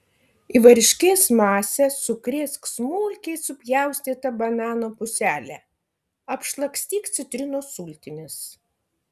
į varškės masę sukrėsk smulkiai supjaustytą banano puselę apšlakstyk citrinos sultimis